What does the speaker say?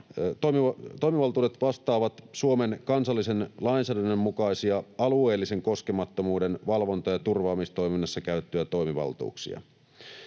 Toimivaltuudet vastaavat Suomen kansallisen lainsäädännön mukaisia, alueellisen koskemattomuuden valvonta‑ ja turvaamistoiminnassa käytettyjä toimivaltuuksia.